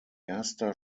erster